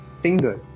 singers